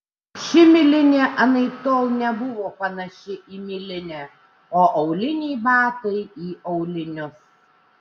ši milinė anaiptol nebuvo panaši į milinę o auliniai batai į aulinius